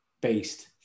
based